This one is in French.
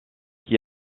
qui